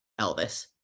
Elvis